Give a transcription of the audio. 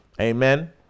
amen